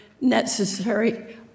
necessary